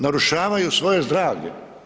Narušavaju svoje zdravlje.